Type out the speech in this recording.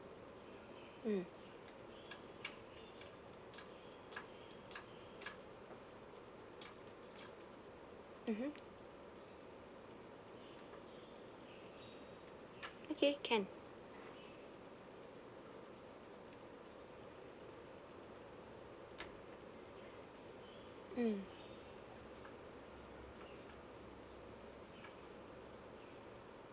mm mmhmm okay can mm